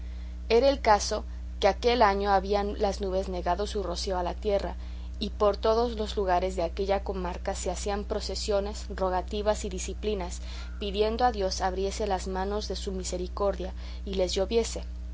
era el caso que aquel año habían las nubes negado su rocío a la tierra y por todos los lugares de aquella comarca se hacían procesiones rogativas y diciplinas pidiendo a dios abriese las manos de su misericordia y les lloviese